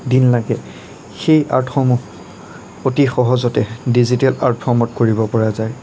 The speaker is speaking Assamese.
দিন লাগে সেই আৰ্টসমূহ অতি সহজতে ডিজিটেল আৰ্ট ফৰ্মত কৰিব পৰা যায়